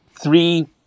three